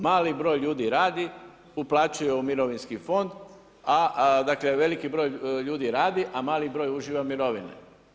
Mali broj ljudi radi, uplaćuje u mirovinski fond, a dakle veliki broj ljudi radi, a mali broj uživa mirovine.